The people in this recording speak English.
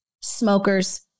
Smokers